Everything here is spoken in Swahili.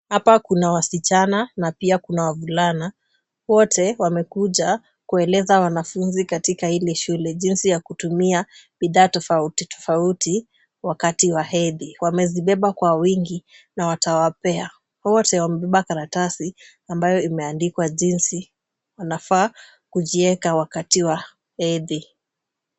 Hapa kuna wasichana na pia kuna wavulana. Wote wamekuja kuwaeleza wanafunzi katika hili shule, jinsi ya kutumia bidhaa tofauti tofauti wakati wa hedhi. Wamezibeba kwa wingi na watawapea. Wote wamebeba karatasi ambayo imeandikwa jinsi anafaa kujieka wakati wa hedhi.